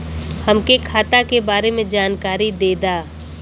हमके खाता के बारे में जानकारी देदा?